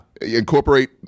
incorporate